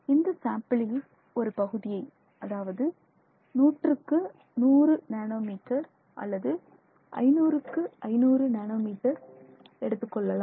இந்த சாம்பிளில் ஒரு பகுதியை அதாவது நூற்றுக்கு 100 நேனோ மீட்டர் அல்லது 500க்கு 500 நேனோ மீட்டர் எடுத்துக்கொள்ளலாம்